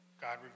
God